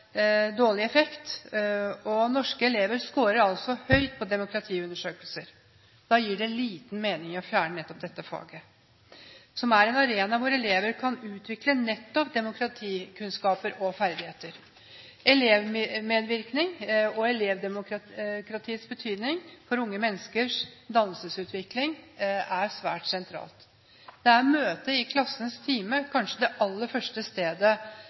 dårlig effekt, og norske elever skårer altså høyt på demokratiundersøkelser. Da gir det liten mening å fjerne nettopp dette faget som er en arena hvor elever kan utvikle nettopp demokratikunnskaper og ferdigheter. Elevmedvirkning og elevdemokratiets betydning for unge menneskers dannelsesutvikling er svært sentralt. Da er møtet i klassens time kanskje det aller første stedet